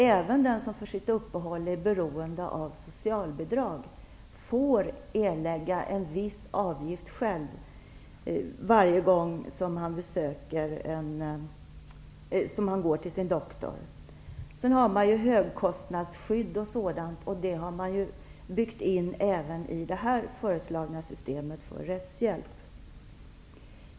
Även den som för sitt uppehåll är beroende av socialbidrag får själv erlägga en viss avgift varje gång som han går till sin doktor. Det finns högkostnadsskydd och sådant, och det har man byggt in även i det föreslagna systemet för rättshjälp.